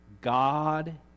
God